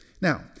Now